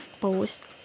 post